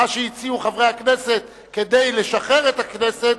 מה שהציעו חברי הכנסת כדי לשחרר את הכנסת,